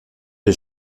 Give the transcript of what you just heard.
des